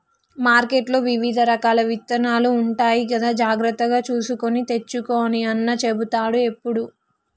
మార్కెట్లో వివిధ రకాల విత్తనాలు ఉంటాయి కదా జాగ్రత్తగా చూసుకొని తెచ్చుకో అని అన్న చెపుతాడు ఎప్పుడు